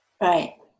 right